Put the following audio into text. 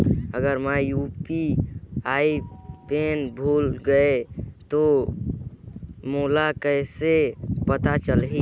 अगर मैं UPI PIN भुल गये हो तो मोला कइसे पता चलही?